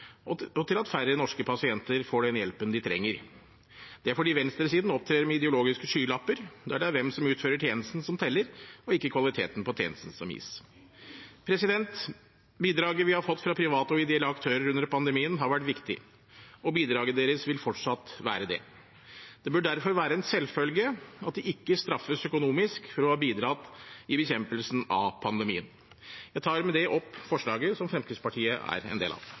og til at færre norske pasienter får den hjelpen de trenger. Det er fordi venstresiden opptrer med ideologiske skylapper, der det er hvem som utfører tjenesten, som teller, og ikke kvaliteten på tjenestene som gis. Bidraget vi har fått fra private og ideelle aktører under pandemien, har vært viktig. Bidraget deres vil fortsatt være det. Det bør derfor være en selvfølge at de ikke straffes økonomisk for å ha bidratt i bekjempelsen av pandemien. Jeg tar med det opp forslaget som Fremskrittspartiet er en del av. Representanten Morten Wold har tatt opp det forslaget han refererte. Flere av